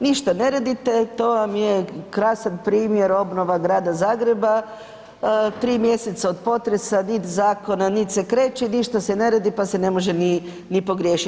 Ništa ne radite, to vam je krasan primjer obnova grada Zagreba, 3 mjeseca od potresa, nit zakona nit se kreće, ništa se ne radi pa se ne može ni pogriješiti.